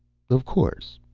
of course.